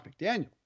McDaniel